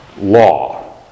law